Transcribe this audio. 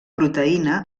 proteïna